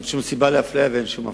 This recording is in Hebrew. אין שום סיבה לאפליה ואין שום אפליה.